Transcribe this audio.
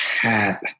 hat